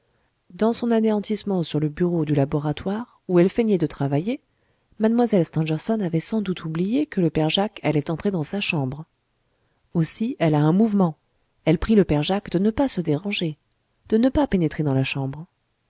dans son anéantissement sur le bureau du laboratoire où elle feignait de travailler mlle stangerson avait sans doute oublié que le père jacques allait entrer dans sa chambre aussi elle a un mouvement elle prie le père jacques de ne pas se déranger de ne pas pénétrer dans la chambre